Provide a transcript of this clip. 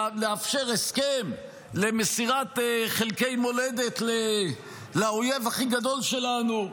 לאפשר הסכם למסירת חלקי מולדת לאויב הכי גדול שלנו,